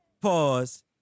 pause